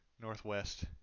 Northwest